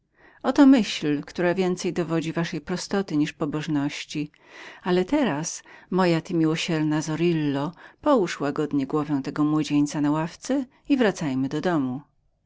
oto myśl która więcej dowodzi waszej niewiadomości niż pobożności ale teraz moja ty miłosierna zorillo połóż łagodnie głowę tego młodzieńca na ławce i wracajmy do domu